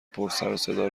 پرسرصدا